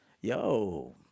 Yo